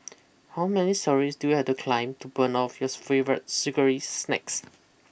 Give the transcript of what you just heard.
how many storeys do you have to climb to burn off yours favourite sugary snacks